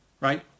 right